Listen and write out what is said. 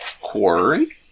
Quarry